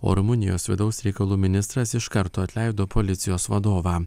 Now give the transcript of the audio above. o rumunijos vidaus reikalų ministras iš karto atleido policijos vadovą